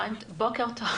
בוקר טוב.